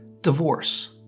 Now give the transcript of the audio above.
divorce